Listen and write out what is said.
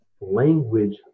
language